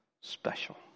special